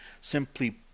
simply